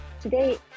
Today